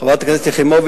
חברת הכנסת יחימוביץ,